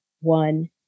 one